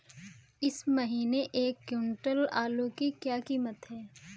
इस महीने एक क्विंटल आलू की क्या कीमत है?